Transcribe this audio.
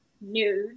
nude